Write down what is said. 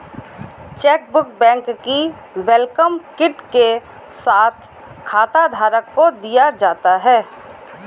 chequebook bank की welcome kit के साथ खाताधारक को दिया जाता है